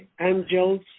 angels